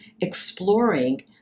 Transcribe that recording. exploring